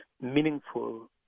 meaningful